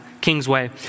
Kingsway